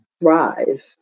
thrive